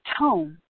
tone